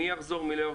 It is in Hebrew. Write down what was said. מי יחזור ומי לא,